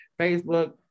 facebook